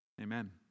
Amen